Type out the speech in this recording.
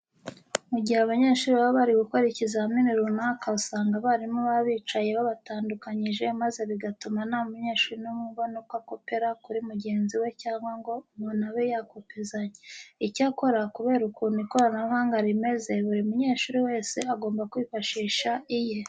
Mu gihe abanyeshuri baba bari gukora ikizamini runaka usanga abarimu baba babicaje babatandukanyije maze bigatuma nta munyeshuri n'umwe ubona uko akopera kuri mugenzi we cyangwa ngo umuntu abe yakopezanya. Icyakora kubera ukuntu ikoranabuhanga rimaze, buri munyeshuri wese agobwa kwifashisha iye.